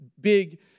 big